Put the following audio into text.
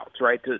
right